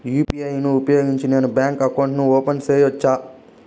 UPI ను ఉపయోగించి నేను బ్యాంకు అకౌంట్ ఓపెన్ సేయొచ్చా?